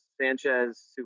Sanchez